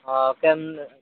ହଁ